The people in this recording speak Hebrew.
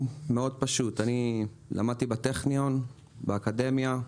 למדתי בטכניון, באקדמיה,